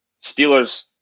Steelers